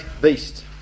beast